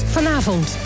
Vanavond